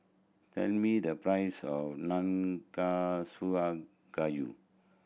tell me the price of Nanakusa Gayu